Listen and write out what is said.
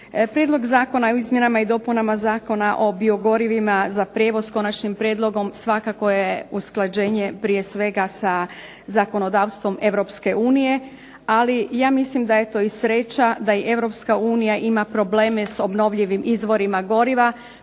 Prijedlog zakona o izmjenama i dopunama Zakona o biogorivima za prijevoz s konačnim prijedlogom svakako je usklađenje prije svega sa zakonodavstvom Europske unije, ali ja mislim da je to i sreća da i Europska unija ima probleme s obnovljivim izvorima goriva,